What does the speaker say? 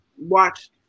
watched